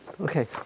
Okay